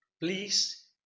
Please